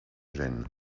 gêne